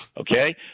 Okay